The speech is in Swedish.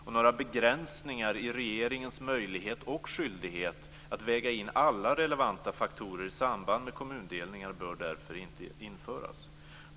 Och några begränsningar i regeringens möjlighet och skyldighet att väga in alla relevanta faktorer i samband med kommundelningar bör därför inte införas.